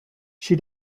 she